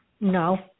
No